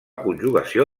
conjugació